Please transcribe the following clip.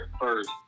first